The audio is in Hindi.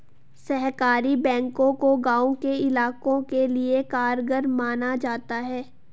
सहकारी बैंकों को गांव के इलाकों के लिये कारगर माना जाता है